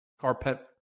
carpet